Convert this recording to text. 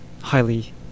Highly